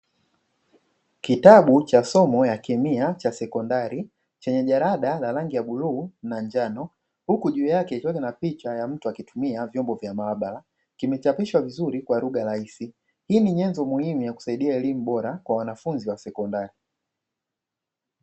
Kitabu cha somo la kemia cha sekondari, chenye jalada la rangi ya bluu na njano, huku juu yake kikiwa na picha ya mtu akitumia vyombo vya maabara, kimechapishwa vizuri kwa lugha rahisi. Hii ni nyenzo muhimu ya kusaidida elimu bora kwa wanafunzi wa sekondari.